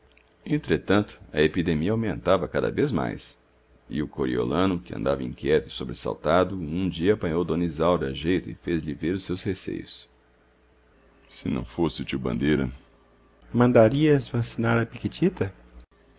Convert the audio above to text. entretanto a epidemia aumentava cada vez mais e o coriolano que andava inquieto e sobressaltado um dia apanhou d isaura a jeito e fez-lhe ver os seus receios se não fosse o tio bandeira mandarias vacinar a